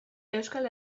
euskal